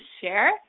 share